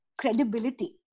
credibility